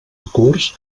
curs